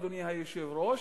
אדוני היושב-ראש,